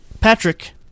Patrick